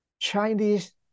Chinese